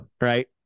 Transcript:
right